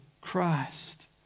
Christ